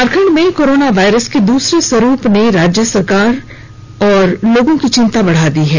झारखंड में corona virus के दूसरे स्वरूप ने राज्य सरकार और लोगों की चिंता बढ़ा दी है